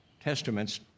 Testaments